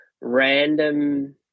random